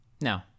No